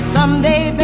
Someday